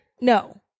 no